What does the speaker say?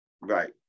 right